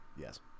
Yes